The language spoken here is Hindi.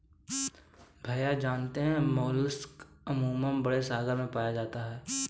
भैया जानते हैं मोलस्क अमूमन बड़े सागर में पाए जाते हैं